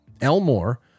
Elmore